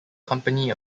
company